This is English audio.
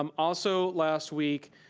um also last week,